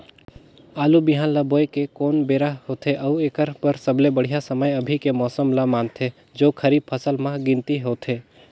आलू बिहान ल बोये के कोन बेरा होथे अउ एकर बर सबले बढ़िया समय अभी के मौसम ल मानथें जो खरीफ फसल म गिनती होथै?